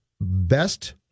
best